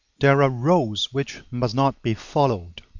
there are roads which must not be followed,